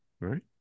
right